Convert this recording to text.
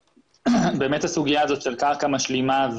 באמת הסוגיה הזאת של קרקע משלימה,